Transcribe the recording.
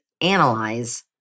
analyze